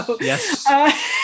Yes